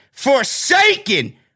forsaken